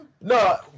No